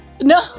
No